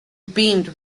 beamed